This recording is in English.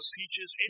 peaches